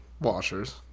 Washers